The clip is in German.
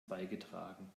beigetragen